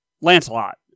lancelot